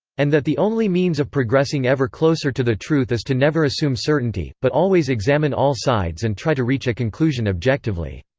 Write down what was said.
and that the only means of progressing ever-closer to the truth is to never assume certainty, but always examine all sides and try to reach a conclusion objectively.